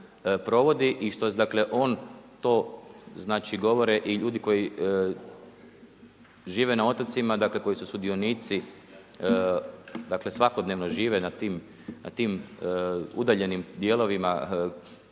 i što dakle on znači, govore i ljudi koji žive na otocima, dakle koji su sudionici, dakle svakodnevno žive na tim udaljenim dijelovima kopna,